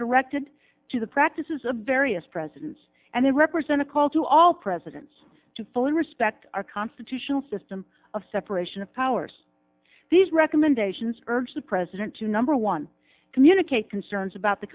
directed to the practice is a various presidents and they represent a call to all presidents to fully respect our constitutional system of separation of powers these recommendations urged the president to number one communicate concerns about the